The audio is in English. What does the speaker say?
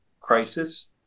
crisis